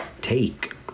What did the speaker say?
take